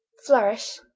flourish.